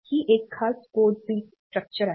ही एक खास port bit structure आहे